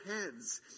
heads